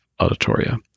auditoria